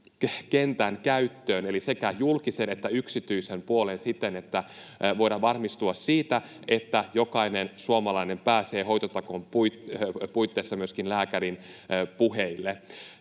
kentän käyttöön, eli sekä julkisen että yksityisen puolen, siten että voidaan varmistua siitä, että jokainen suomalainen pääsee hoitotakuun puitteissa lääkärin puheille.